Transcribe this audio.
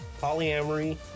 polyamory